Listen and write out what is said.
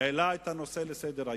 זה להעלות את הנושא לסדר-היום.